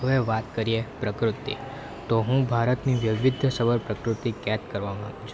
હવે વાત કરીએ પ્રકૃતિ તો હું ભારતની વૈવિધ્ય સભર પ્રકૃતિ કેદ કરવા માંગુ છું